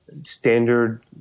standard